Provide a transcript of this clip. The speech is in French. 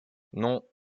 non